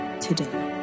today